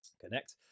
Connect